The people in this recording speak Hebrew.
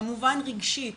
כמובן רגשית,